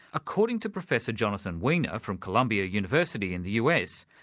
according to professor jonathan weiner from columbia university in the us,